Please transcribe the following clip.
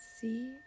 see